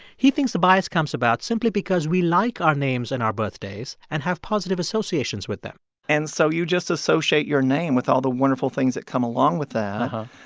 he thinks the bias comes about simply because we like our names and our birthdays and have positive associations with them and so you just associate your name with all the wonderful things that come along with that.